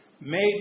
made